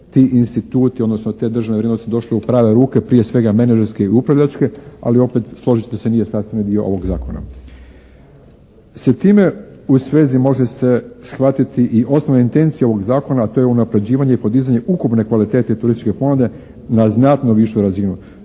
ti instituti odnosno te državne vrijednosti došle u prave ruke, prije svega managerske i upravljačke. Ali opet složit ću se nije sastavni dio ovog zakona. Sa time u svezi može se shvatiti i osnovna intencija ovog zakona, a to je unapređivanje i podizanje ukupne kvalitete turističke ponude na znatno višu razini.